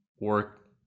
work